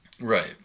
Right